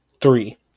three